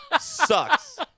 sucks